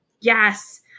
yes